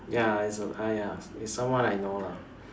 ya is a !aiya! is someone I know lah